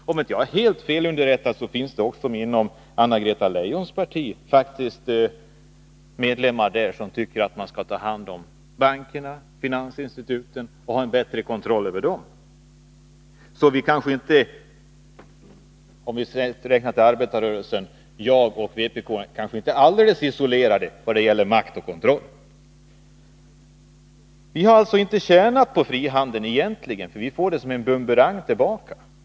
Om jag inte är helt felunderrättad, finns det också inom Anna-Greta Leijons parti faktiskt medlemmar som tycker att man skall ta hand om bankerna och finansinstituten och ha en bättre kontroll över dem. Så om vi räknas till arbetarrörelsen är kanske jag och vpk inte alldeles isolerade i fråga om makt och kontroll. Vi har egentligen inte tjänat på frihandeln. Vi får den tillbaka som en bumerang.